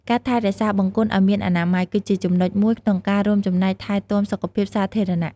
ការថែរក្សាបង្គន់ឲ្យមានអនាម័យ គឺជាចំណុចមួយក្នុងការរួមចំណែកថែទាំសុខភាពសាធារណៈ។